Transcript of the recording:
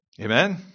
Amen